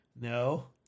No